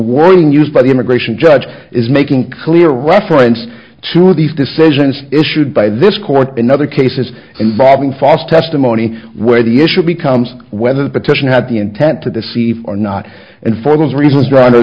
wording used by the immigration judge is making clear reference to these decisions issued by this court in other cases involving fos testimony where the issue becomes whether the petition had the intent to deceive or not and for those reasons rather